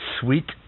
sweet